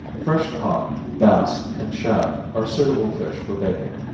fresh cod, bass, and shad, are suitable fish for baking.